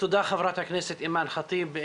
תודה, חברת הכנסת אימאן ח'טיב.